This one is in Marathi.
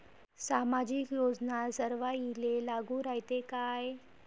सामाजिक योजना सर्वाईले लागू रायते काय?